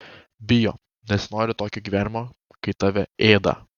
bijo nes nenori tokio gyvenimo kai tave ėda